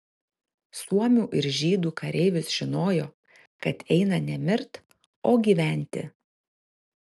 suomių ir žydų kareivis žinojo kad eina ne mirt o gyventi